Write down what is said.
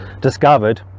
discovered